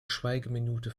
schweigeminute